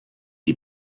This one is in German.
die